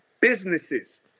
businesses